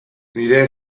nire